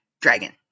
dragon